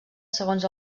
segons